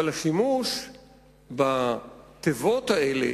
אבל השימוש בתיבות האלה